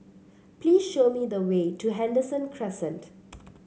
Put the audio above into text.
please show me the way to Henderson Crescent